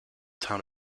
town